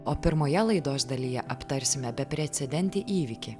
o pirmoje laidos dalyje aptarsime beprecedentį įvykį